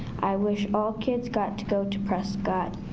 i wish all kids got to go to prescott.